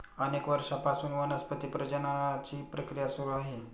अनेक वर्षांपासून वनस्पती प्रजननाची प्रक्रिया सुरू आहे